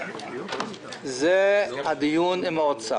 זה הדיון עם האוצר.